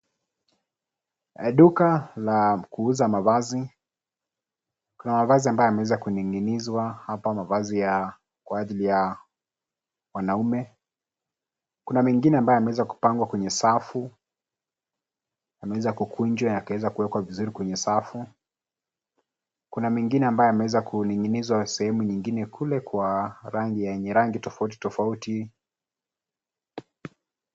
Duka la kuuza mavazi. Kuna mavazi ambayo ameweza kuning'inizwa hapa mavazi ya kwa ajili ya wanaume. Kuna mengine ambaye yameweza kupangwa kwenye safu, yanaweza kukunjwa yakaweza kuwekwa vizuri kwenye safu. Kuna mengine ambayo yameweza kuning'inizwa sehemu nyingine kule kwa rangi yenye rangi tofauti tofauti.